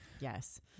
Yes